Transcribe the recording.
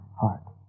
heart